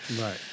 Right